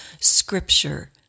Scripture